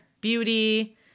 beauty